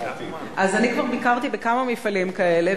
אני כבר ביקרתי בכמה מפעלים כאלה,